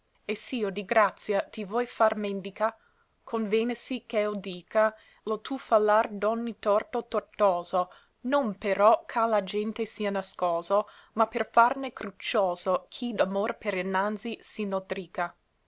e s'io di grazia ti vòi far mendica convènesi ch'eo dica lo tuo fallar d'onni torto tortoso non però ch'a la gente sia nascoso ma per farne cruccioso chi d'amor per innanzi si notrica